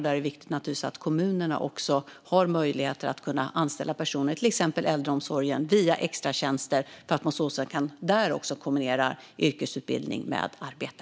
Det är naturligtvis viktigt att kommunerna har möjligheter att anställa personer till exempel i äldreomsorgen via extratjänster. På så sätt kan man där kombinera yrkesutbildning med arbete.